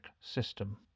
System